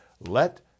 Let